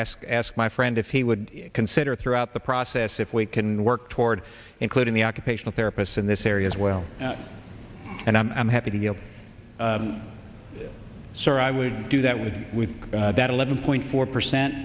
ask ask my friend if he would consider throughout the process if we can work toward including the occupational therapists in this area as well and i'm happy to give sir i would do that with that eleven point four percent